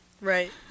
Right